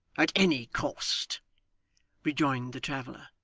at any cost rejoined the traveller.